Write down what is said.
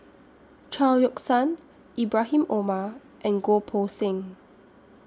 Chao Yoke San Ibrahim Omar and Goh Poh Seng